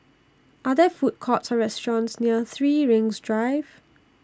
Are There Food Courts Or restaurants near three Rings Drive